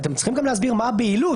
אתם צריכים גם להסביר מה הבהילות.